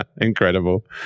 Incredible